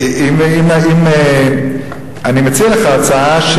אני מציע לך הצעה,